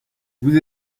vous